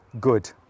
good